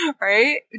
right